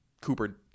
Cooper